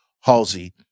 Halsey